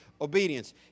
obedience